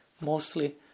mostly